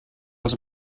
els